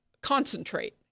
concentrate